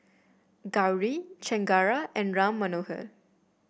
Gauri Chengara and Ram Manohar